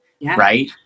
Right